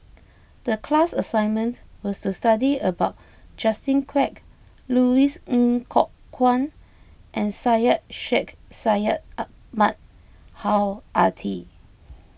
the class assignment was to study about Justin Quek Louis Ng Kok Kwang and Syed Sheikh Syed Ahmad Al Hadi